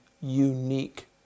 unique